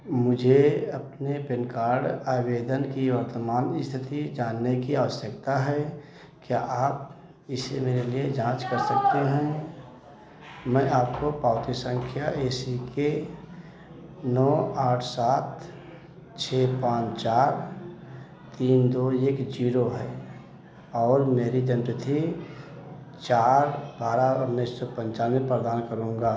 मुझे अपने PAN card आवेदन की वर्तमान स्थिति जानने की आवश्यकता है क्या आप इसे मेरे लिए जाँच कर सकते हैं मैं आपको पावती संख्या ए सी के नौ आठ सात छः पाँच चार तीन दो एक जीरो है और मेरी जन्म तिथि चार बारह उन्नीस सौ पंचानवे प्रदान करूँगा